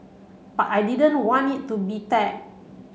but I didn't want it to be tag